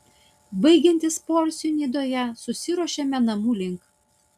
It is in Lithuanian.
baigiantis poilsiui nidoje susiruošėme namų link